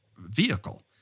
vehicle